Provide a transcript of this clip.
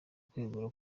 kwegura